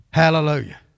Hallelujah